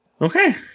Okay